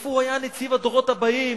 איפה הוא היה נציב הדורות הבאים